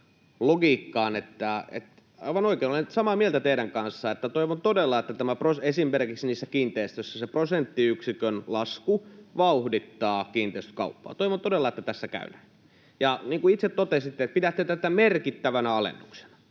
Aivan oikein, olen samaa mieltä teidän kanssanne, toivon todella, että esimerkiksi niissä kiinteistöissä se prosenttiyksikön lasku vauhdittaa kiinteistökauppaa. Toivon todella, että tässä käy näin. Ja niin kuin itse totesitte, että pidätte tätä merkittävänä alennuksena,